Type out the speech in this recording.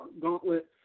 gauntlet